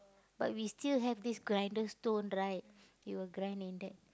but we still have these grinder stones right we'll grind in that